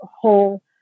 whole